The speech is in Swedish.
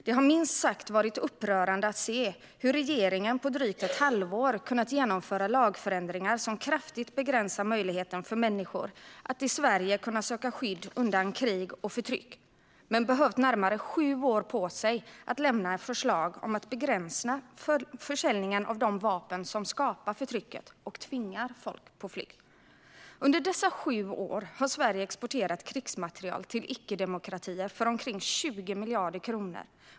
Det har minst sagt varit upprörande att se hur regeringen på drygt ett halvår har kunnat genomföra lagändringar som kraftigt begränsar möjligheten för människor att i Sverige söka skydd undan krig och förtryck samtidigt som man behövt närmare sju år på sig för att lämna förslag om att begränsa försäljningen av de vapen som skapar detta förtryck och tvingar folk på flykt. Under dessa sju år har Sverige exporterat krigsmateriel till icke-demokratier för omkring 20 miljarder kronor.